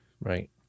Right